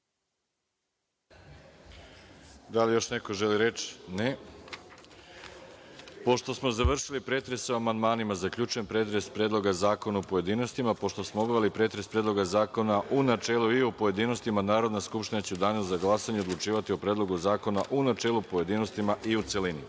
Da li neko želi reč? (Ne.)Pošto smo završili pretres o amandmanima, zaključujem pretres Predloga zakona u pojedinostima. Pošto smo obavili pretres Predloga zakona u načelu i u pojedinostima, Narodna skupština će u danu za glasanje odlučivati o Predlogu zakona u načelu, pojedinostima i u